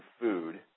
food